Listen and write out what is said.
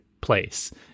place